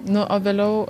nu o vėliau